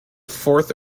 fourth